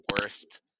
worst